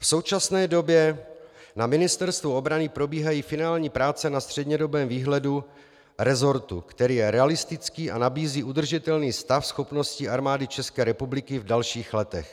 V současné době na Ministerstvu obrany probíhají finální práce na střednědobém výhledu resortu, který je realistický a nabízí udržitelný stav schopností Armády České republiky v dalších letech.